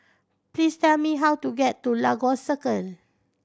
please tell me how to get to Lagos Circle